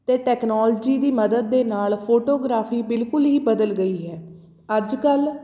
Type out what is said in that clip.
ਅਤੇ ਟੈਕਨੋਲਜੀ ਦੀ ਮਦਦ ਦੇ ਨਾਲ ਫੋਟੋਗ੍ਰਾਫੀ ਬਿਲਕੁਲ ਹੀ ਬਦਲ ਗਈ ਹੈ ਅੱਜ ਕੱਲ੍ਹ